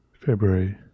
February